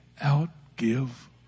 out-give